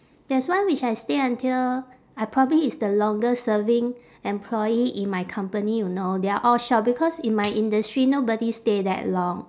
there's one which I stay until I probably is the longest serving employee in my company you know they are all shock because in my industry nobody stay that long